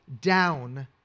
down